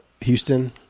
Houston